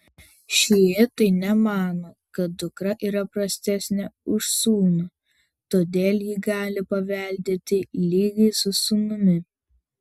šiitai nemano kad dukra yra prastesnė už sūnų todėl ji gali paveldėti lygiai su sūnumi